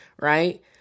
right